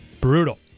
Brutal